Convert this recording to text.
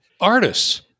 artists